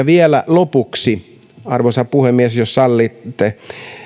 vielä lopuksi arvoisa puhemies jos sallitte